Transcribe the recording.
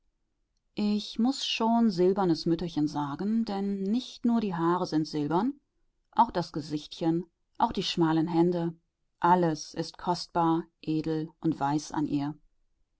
ich muß schon silbernes mütterchen sagen denn nicht nur die haare sind silbern auch das gesichtchen auch die schmalen hände alles ist kostbar edel und weiß an ihr